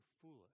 foolish